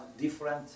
different